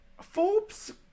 Forbes